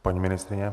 Paní ministryně.